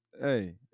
hey